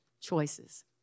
Choices